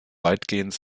weitgehend